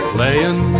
Playing